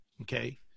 okay